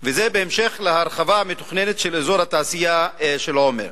וזה בהמשך להרחבה המתוכננת של אזור התעשייה של עומר.